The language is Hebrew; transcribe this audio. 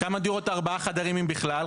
כמה דירות ארבעה חדרים אם בכלל,